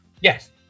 Yes